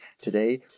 Today